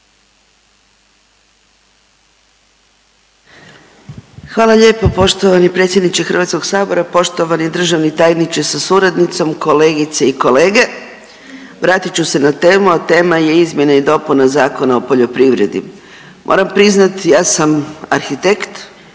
Hvala lijepo poštovani predsjedniče Hrvatskog sabora, poštovani državni tajniče sa suradnicom, kolegice i kolege. Vratit ću se na temu, a tema je izmjena i dopuna Zakona o poljoprivredi. Moram priznati ja sam arhitekt,